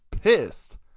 pissed